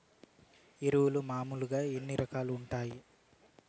ఎరువులు మామూలుగా ఎన్ని రకాలుగా వుంటాయి?